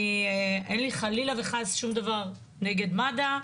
אין לי חלילה וחס שום דבר נגד מד"א.